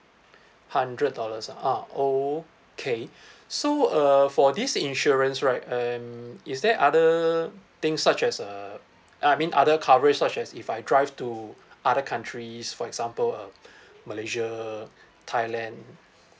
hundred dollars ah uh okay so err for this insurance right um is there other things such as uh I mean other coverage such as if I drive to other countries for example uh malaysia thailand